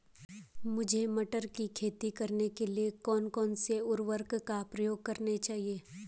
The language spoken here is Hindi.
मुझे मटर की खेती करने के लिए कौन कौन से उर्वरक का प्रयोग करने चाहिए?